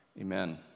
Amen